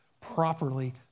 properly